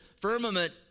firmament